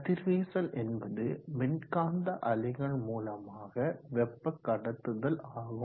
கதிர்வீசல் என்பது மின்காந்த அலைகள் மூலமாக வெப்ப கடத்துதல் ஆகும்